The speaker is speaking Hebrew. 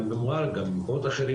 גם במע'אר גם במקומות אחרים,